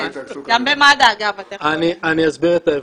אני אסביר את ההבדל.